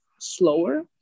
slower